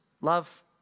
Love